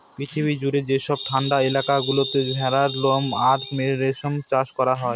পৃথিবী জুড়ে যেসব ঠান্ডা এলাকা গুলোতে ভেড়ার লোম আর রেশম চাষ করা হয়